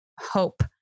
hope